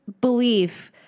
belief